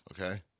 okay